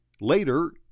Later